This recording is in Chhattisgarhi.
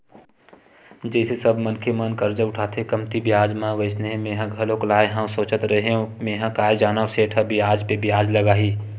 जइसे सब मनखे मन करजा उठाथे कमती बियाज म वइसने मेंहा घलोक लाय हव सोचत रेहेव मेंहा काय जानव सेठ ह बियाज पे बियाज लगाही